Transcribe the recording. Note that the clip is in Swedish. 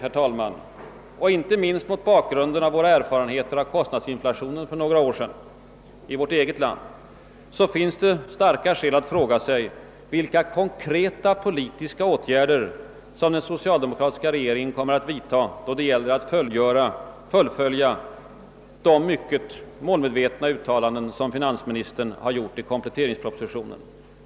I detta läge — och inte minst mot bakgrund av våra erfarenheter av kostnadsinflationen för några år sedan i vårt eget land — finns starka skäl för att fråga sig vilka konkreta politiska åtgärder den socialdemokratiska regeringen kommer att vidtaga när det gäller att följa upp de mycket målmedvetna uttalanden som finansministern gjort i kompletteringspropositionen.